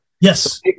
Yes